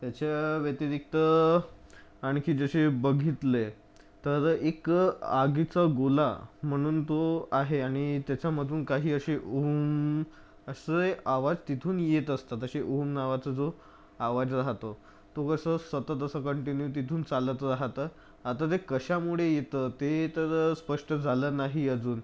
त्याच्या व्यतिरिक्त आणखी जसे बघितले तर एक आगीचा गोळा म्हणून तो आहे आणि त्याच्यामधून काही अशी ओम् असे आवाज तिथून येत असतात असे ओम् नावाचा जो आवाज राहतो तो कसं सतत असं कंटिन्यू तिथून चालत राहतं आता ते कशामुळे येतं ते तर स्पष्ट झालं नाही अजून